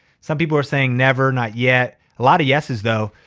some people are saying never, not yet. a lot of yeses though.